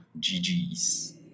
ggs